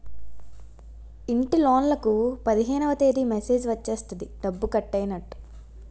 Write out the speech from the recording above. ఇంటిలోన్లకు పదిహేనవ తేదీ మెసేజ్ వచ్చేస్తది డబ్బు కట్టైనట్టు